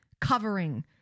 covering